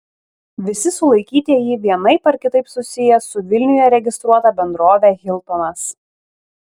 visi sulaikytieji vienaip ar kitaip susiję su vilniuje registruota bendrove hiltonas